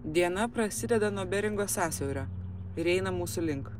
diena prasideda nuo beringo sąsiaurio ir eina mūsų link